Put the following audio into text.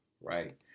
right